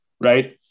Right